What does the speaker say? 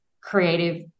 creative